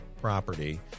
property